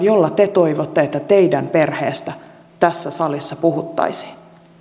jolla te toivotte että teidän perheestä tässä salissa puhuttaisiin